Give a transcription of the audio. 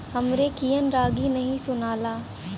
हमरे कियन रागी नही सुनाला